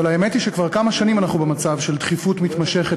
אבל האמת היא שכבר כמה שנים אנחנו במצב של דחיפות מתמשכת